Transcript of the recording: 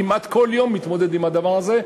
כמעט כל יום אני מתמודד עם הדבר הזה,